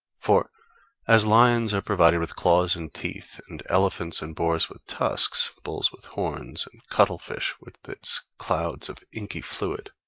for as lions are provided with claws and teeth, and elephants and boars with tusks, bulls with horns, and cuttle fish with its clouds of inky fluid,